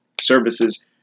services